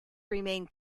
remained